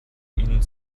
ihnen